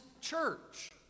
church